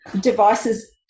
devices